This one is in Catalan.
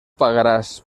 pagaràs